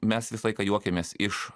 mes visą laiką juokiamės iš